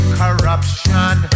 corruption